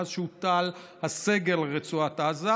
מאז הוטל הסגר על רצועת עזה,